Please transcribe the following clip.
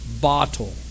bottle